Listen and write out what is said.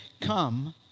come